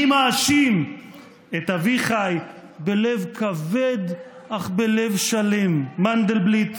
אני מאשים את אביחי "בלב כבד אך בלב שלם" מנדלבליט,